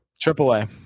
Triple-A